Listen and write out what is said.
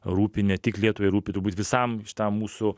rūpi ne tik lietuvai rūpi turbūt visam šitam mūsų